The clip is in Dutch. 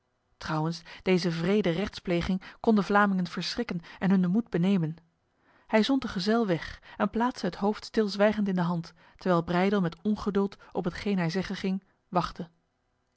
trouwens deze wrede rechtspleging kon de vlamingen verschrikken en hun de moed benemen hij zond de gezel weg en plaatste het hoofd stilzwijgend in de hand terwijl breydel met ongeduld op hetgeen hij zeggen ging wachtte